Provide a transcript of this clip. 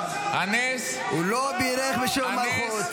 הנס ------ הוא לא בירך בשם ומלכות.